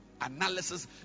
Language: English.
analysis